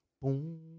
Boom